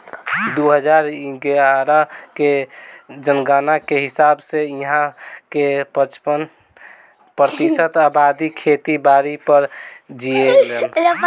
दू हजार इग्यारह के जनगणना के हिसाब से इहां के पचपन प्रतिशत अबादी खेती बारी पर जीऐलेन